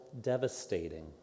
devastating